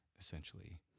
essentially